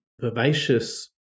vivacious